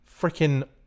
freaking